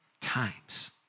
times